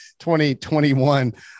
2021